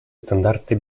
стандарты